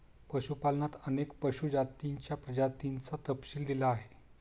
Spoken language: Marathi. पशुपालनात अनेक पशु जातींच्या प्रजातींचा तपशील दिला आहे